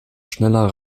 schneller